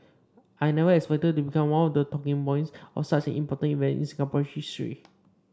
I never expected to become one of the talking points of such an important event in Singapore's history